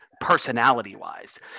personality-wise